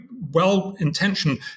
well-intentioned